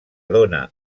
dóna